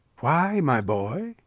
why, my boy?